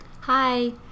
Hi